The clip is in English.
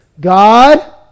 God